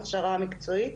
הכשרה מקצועית.